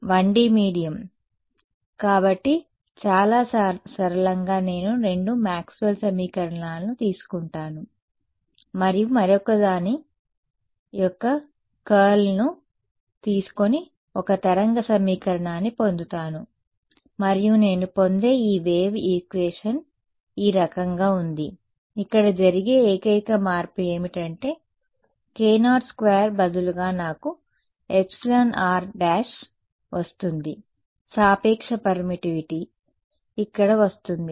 కాబట్టి 1D medium కాబట్టి చాలా సరళంగా నేను రెండు మాక్స్వెల్ సమీకరణాలను తీసుకుంటాను మరియు మరొకదాని యొక్క కర్ల్ను తీసుకొని ఒక తరంగ సమీకరణాన్ని పొందుతాను మరియు నేను పొందే ఈ వేవ్ ఈక్వేషన్ ఈ రకంగా ఉంది ఇక్కడ జరిగే ఏకైక మార్పు ఏమిటంటే k02 బదులుగా నాకు εr′ వస్తుంది సాపేక్ష పర్మిటివిటీ సరే ఇక్కడ వస్తుంది